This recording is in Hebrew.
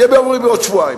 יהיה ביום רביעי בעוד שבועיים,